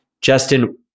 Justin